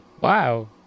Wow